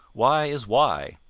why is why?